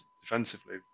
defensively